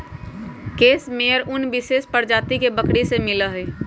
case मेयर उन विशेष प्रजाति के बकरी से मिला हई